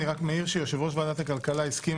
אני רק מעיר שיושב-ראש ועדת הכלכלה הסכים